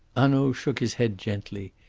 hanaud shook his head gently.